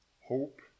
hope